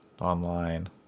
online